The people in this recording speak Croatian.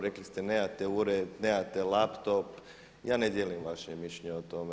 Rekli ste nemate ured, nemate laptop ja ne dijelim vaše mišljenje o tome.